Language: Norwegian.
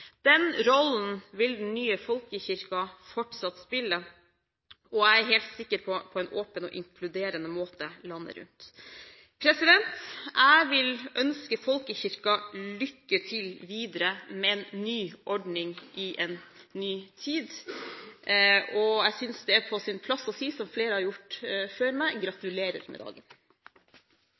Den rollen vil den nye folkekirken fortsatt spille – og jeg er helt sikker på på en åpen og inkluderende måte – landet rundt. Jeg vil ønske folkekirken lykke til videre med en ny ordning i en ny tid, og jeg synes det er på sin plass å si, som flere har gjort før meg: Gratulerer med dagen!